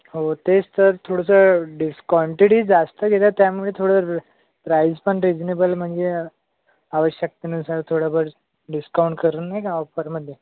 हो तेच तर थोडंसं डिस्क काँटिटी जास्त घेतात त्यामुळे थोडं प्राईज पण रिझनेबल म्हणजे आवश्यकतेनुसार थोडंफार डिस्काऊंट करून नाही का ऑफरमध्ये